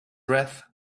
wreath